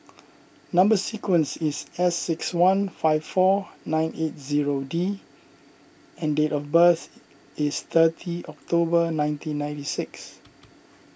Number Sequence is S six one five four nine eight zero D and date of birth is thirty October nineteen ninety six